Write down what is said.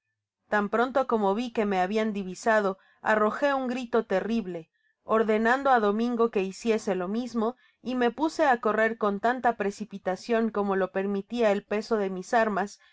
tan pronto como vi que me habian divisado arrojé ua grito errible ordenando á domingo que hiciese lo mismo y me puse á correr con tanta precipitacion como lo permitía el peso de mis armas